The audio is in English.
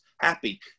happy